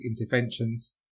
interventions